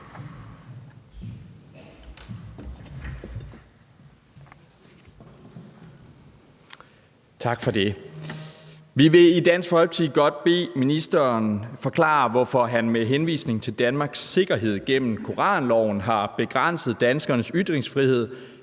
Bjørn (DF): Vi vil i Dansk Folkeparti godt bede ministeren forklare, hvorfor han med henvisning til Danmarks sikkerhed gennem koranloven har begrænset danskernes ytringsfrihed,